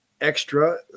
extra